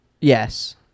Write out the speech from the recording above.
Yes